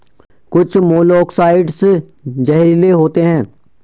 कुछ मोलॉक्साइड्स जहरीले होते हैं